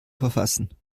verfassen